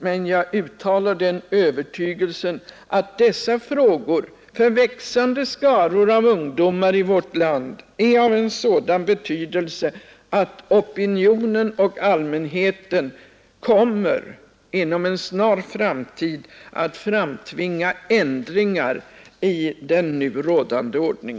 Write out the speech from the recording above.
Men jag uttalar den övertygelsen att dessa frågor för växande skaror av ungdomar i vårt land är av sådan betydelse att opinionen och allmänheten inom en snar framtid kommer att framtvinga ändringar i nu rådande ordning.